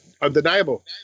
undeniable